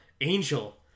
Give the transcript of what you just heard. angel